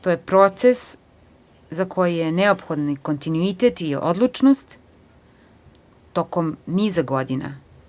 To je proces za koji ne neophodan kontinuitet i odlučnost tokom niza godina.